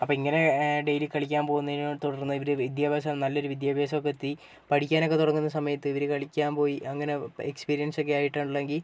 അപ്പം ഇങ്ങനെ ഡെയിലി കളിക്കാൻ പോകുന്നതിനെ തുടർന്ന് ഇവർ വിദ്യാഭ്യാസം നല്ലൊരു വിദ്യാഭ്യാസം ഒക്കെ എത്തി പഠിക്കാൻ ഒക്കെ തുടങ്ങുന്ന സമയത്ത് ഇവർ കളിക്കാൻ പോയി അങ്ങനെ എക്സ്പീരിയൻസ് ഒക്കെ ആയിട്ടാണ് ഉള്ളതെങ്കിൽ